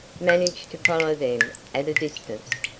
managed to follow them at a distance,